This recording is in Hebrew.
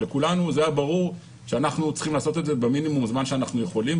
לכולנו היה ברור שאנחנו צריכים לעשות את זה במינימום זמן שאנחנו יכולים,